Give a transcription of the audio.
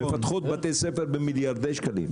מפתחות בתי ספר במיליארדי שקלים.